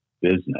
business